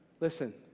Listen